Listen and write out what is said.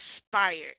Inspired